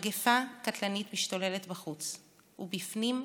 מגפה קטלנית משתוללת בחוץ, ובפנים,